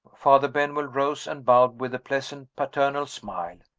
father benwell rose and bowed with a pleasant paternal smile.